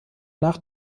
nach